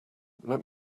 let